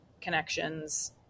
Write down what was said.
connections